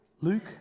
Luke